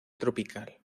tropical